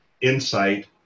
InSight